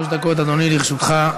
שלוש דקות, אדוני, לרשותך.